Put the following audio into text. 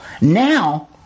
Now